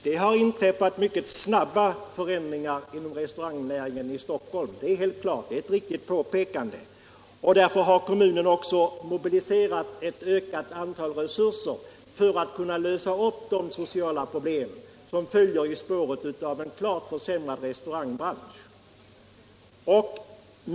Det har inträffat mycket snabba förändringar inom restaurangnäringen i Stockholm, och därför har kommunen också mobiliserat ökade resurser för att lösa de sociala problem som följer i spåren av en klart försämrad restaurangbransch.